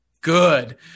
good